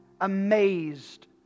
Amazed